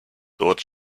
dort